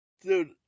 Dude